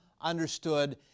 understood